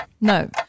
No